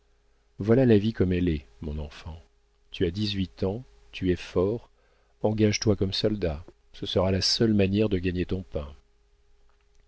voilà la vie comme elle est mon enfant tu as dix-huit ans tu es fort engage toi comme soldat ce sera la seule manière de gagner ton pain